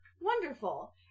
Wonderful